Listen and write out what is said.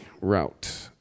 route